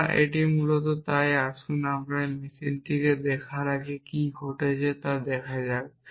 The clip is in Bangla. সুতরাং এটি মূলত তাই আসুন আমরা মেশিনটি দেখার আগে এখানে কী ঘটছে তা দেখা যাক